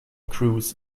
cruise